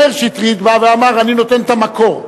מאיר שטרית בא ואמר: אני נותן את המקור.